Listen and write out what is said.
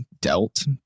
dealt